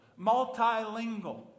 multilingual